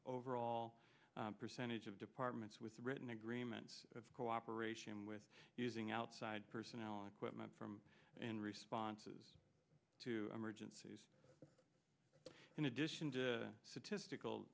overall percentage of departments with written agreements of cooperation with using outside personality quitman from in responses to emergencies in addition to statistical